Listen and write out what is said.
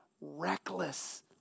reckless